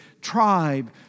tribe